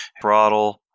throttle